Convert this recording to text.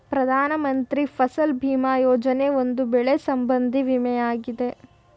ಪ್ರಧಾನ ಮಂತ್ರಿ ಫಸಲ್ ಭೀಮಾ ಯೋಜನೆ, ಒಂದು ಬೆಳೆ ಸಂಬಂಧಿ ವಿಮೆಯಾಗಿದೆ